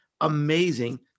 amazing